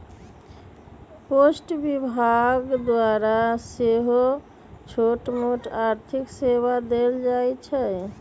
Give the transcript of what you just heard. post विभाग द्वारा सेहो छोटमोट आर्थिक सेवा देल जाइ छइ